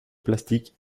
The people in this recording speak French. plastique